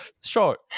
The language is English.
short